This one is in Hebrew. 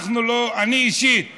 אני אישית